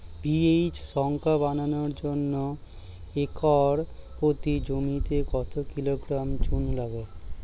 PH সংখ্যা বাড়ানোর জন্য একর প্রতি জমিতে কত কিলোগ্রাম চুন লাগে?